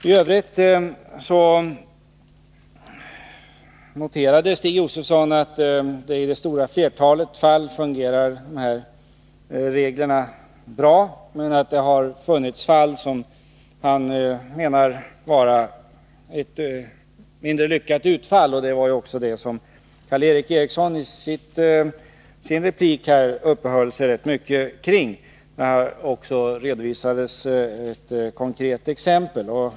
I övrigt noterade Stig Josefson att reglerna i det stora flertalet fall fungerar bra men att det har förekommit mindre lyckade utfall. Det var detta som Karl Erik Eriksson i sitt anförande uppehöll sig mycket kring, och han redovisade också ett konkret exempel.